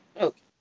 Okay